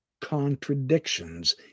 contradictions